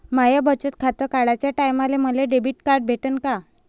माय बचत खातं काढाच्या टायमाले मले डेबिट कार्ड भेटन का?